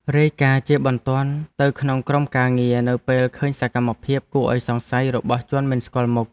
រាយការណ៍ជាបន្ទាន់ទៅក្នុងក្រុមការងារនៅពេលឃើញសកម្មភាពគួរឱ្យសង្ស័យរបស់ជនមិនស្គាល់មុខ។